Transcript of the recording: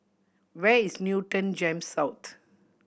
where is Newton GEMS South